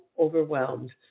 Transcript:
overwhelmed